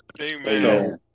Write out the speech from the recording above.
Amen